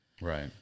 Right